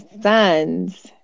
sons